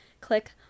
click